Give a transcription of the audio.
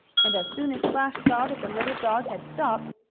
and as soon as splash saw that the little dog had stopped,